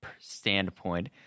standpoint